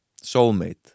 soulmate